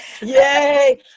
Yay